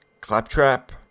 Claptrap